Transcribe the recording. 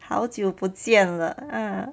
好久不见了 ah